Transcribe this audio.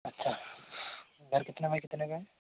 अच्छा घर कितने बाई कितने का है